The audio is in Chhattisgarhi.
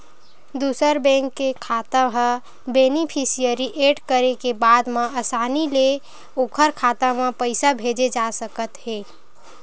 दूसर बेंक के खाता ह बेनिफिसियरी एड करे के बाद म असानी ले ओखर खाता म पइसा भेजे जा सकत हे